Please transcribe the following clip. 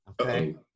Okay